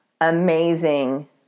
amazing